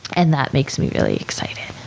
and that makes me really excited.